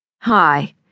Hi